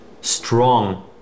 strong